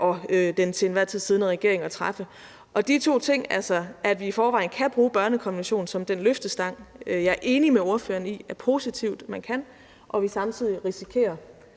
og den til enhver tid siddende regering at træffe. De to ting, altså at vi i forvejen kan bruge børnekonventionen som den løftestang, jeg er enig med ordføreren i er positivt man kan, og at vi samtidig risikerer